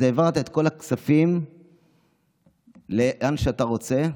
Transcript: אז העברת את כל הכספים לאן שאתה רוצה.